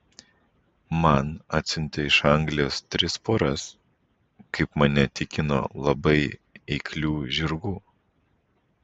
man atsiuntė iš anglijos tris poras kaip mane tikino labai eiklių žirgų